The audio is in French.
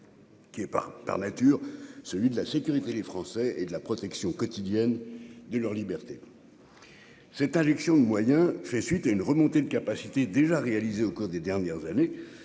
Qui est pas par nature, celui de la sécurité des Français et de la protection quotidienne de leur liberté. Cette injection de moyens fait suite à une remontée de capacité déjà réalisés au cours des dernières années,